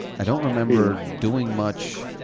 i don't remember doing much.